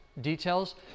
details